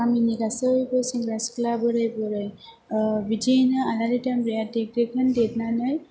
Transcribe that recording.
गामिनि गासैबो सेंग्रा सिख्ला बोराय बुरै बिदियैनो आलारि दामब्राया देग्रोगोन देदनानै